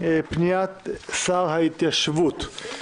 פניית שר ההתיישבות.